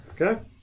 okay